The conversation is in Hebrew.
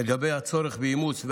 לגבי הצורך באימוץ,